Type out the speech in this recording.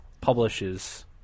publishes